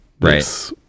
Right